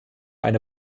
eine